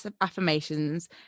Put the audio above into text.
affirmations